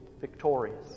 victorious